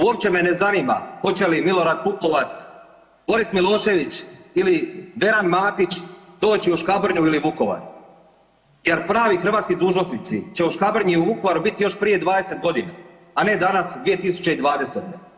Uopće me ne zanima hoće li Milorad Pupovac, Boris Milošević ili Veran Matić doći u Škabrnju ili Vukovar jer pravi hrvatski dužnosnici će u Škabrnji i Vukovaru biti još prije 20 godina, a ne danas, 2020.